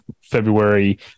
february